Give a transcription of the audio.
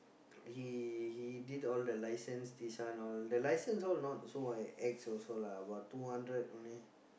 he he did all the license this one all the license all not so ex also lah about two hundred only